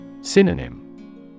Synonym